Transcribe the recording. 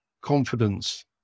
confidence